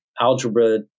algebra